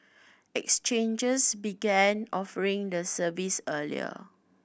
exchanges began offering the services earlier